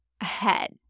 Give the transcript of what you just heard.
ahead